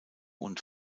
und